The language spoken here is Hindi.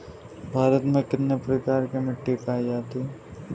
भारत में कितने प्रकार की मिट्टी पाई जाती है?